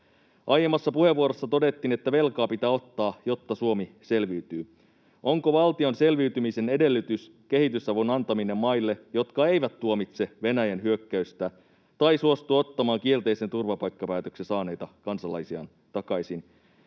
Aiemmassa puheenvuorossa todettiin, että velkaa pitää ottaa, jotta Suomi selviytyy. Onko valtion selviytymisen edellytys kehitysavun antaminen maille, jotka eivät tuomitse Venäjän hyökkäystä tai suostu ottamaan kielteisen turvapaikkapäätöksen saaneita kansalaisiaan takaisin?